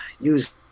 Use